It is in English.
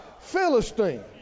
Philistine